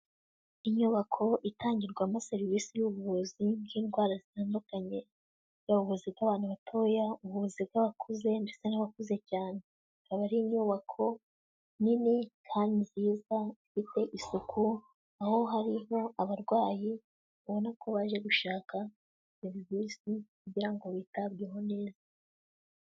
Inyubako itangirwamo serivisi y'ubuvuzi bw'indwara zitandukanye, yaba ubuvuzi bw'abantu batoya, ubuvuzi bw'abakuze ndetse n'abakuze cyane, ikaba ari inyubako nini kandi nziza ifite isuku, aho hariho abarwayi ubona ko baje gushaka ubuvuzi kugira ngo bitabweho neza.